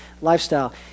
lifestyle